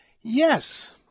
Yes